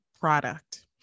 product